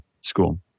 school